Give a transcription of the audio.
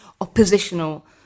oppositional